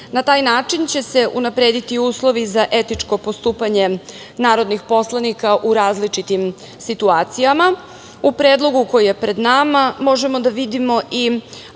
Na taj način će se unaprediti uslovi za etičko postupanje narodnih poslanika u različitim situacijama.U Predlogu koji je pred nama možemo da vidimo